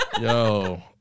yo